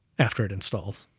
after it installs,